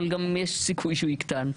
אבל יש סיכוי שהוא יקטן,